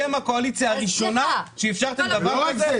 אתם הקואליציה הראשונה שאפשרתם דבר כזה.